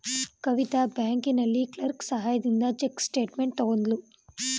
ಕವಿತಾ ಬ್ಯಾಂಕಿನಲ್ಲಿ ಕ್ಲರ್ಕ್ ಸಹಾಯದಿಂದ cheque statement ತಕ್ಕೊದ್ಳು